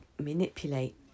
manipulate